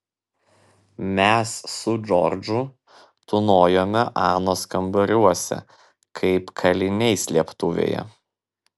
mes su džordžu tūnojome anos kambariuose kaip kaliniai slėptuvėje